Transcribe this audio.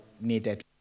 needed